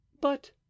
But